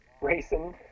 racing